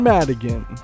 Madigan